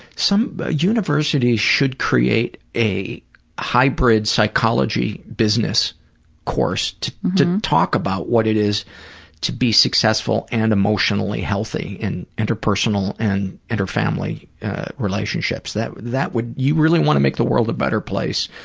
some universities should create a hybrid psychology business course to to talk about what it is to be successful and emotionally healthy in interpersonal and interfamily relationships. that that would you really want to make the world a better place?